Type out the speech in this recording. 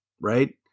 right